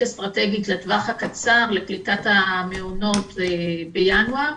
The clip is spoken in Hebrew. אסטרטגית לטווח הקצר לקליטת המעונות בינואר,